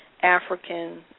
African